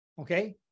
Okay